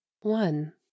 One